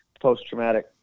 post-traumatic